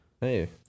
Hey